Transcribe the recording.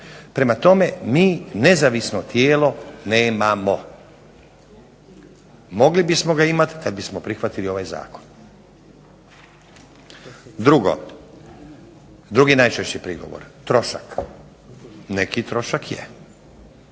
Prema tome, mi nezavisno tijelo nemamo. Mogli bismo ga imati kada bismo prihvatili ovaj zakon. Drugi najčešći prigovor. Trošak. Neki trošak je